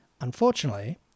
Unfortunately